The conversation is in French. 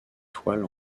toiles